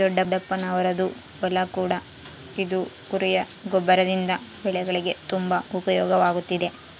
ದೊಡ್ಡಪ್ಪನವರದ್ದು ಹೊಲ ಕೂಡ ಇದ್ದು ಕುರಿಯ ಗೊಬ್ಬರದಿಂದ ಬೆಳೆಗಳಿಗೆ ತುಂಬಾ ಉಪಯೋಗವಾಗುತ್ತಿದೆ